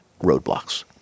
roadblocks